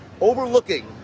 overlooking